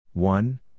One